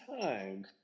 time